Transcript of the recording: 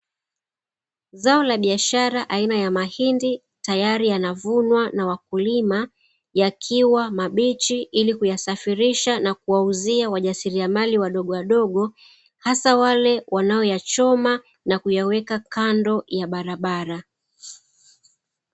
Zao la biashara aina ya mahindi tayari yanavunwa na wakulima yakiwa mabichi, ili kuyasafirisha na kuwauzia wajasiriamali wadogo wadogo, hasa wale wanao yachoma na kuyaweka kando ya barabara.